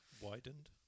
widened